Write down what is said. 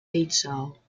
eetzaal